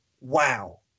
wow